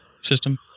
system